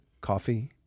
coffee